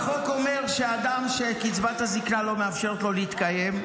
החוק אומר שאדם שקצבת הזקנה לא מאפשרת לו להתקיים,